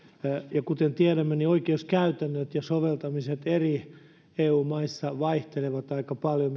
kuten tiedämme niin oikeuskäytännöt ja soveltamiset eri eu maissa vaihtelevat aika paljon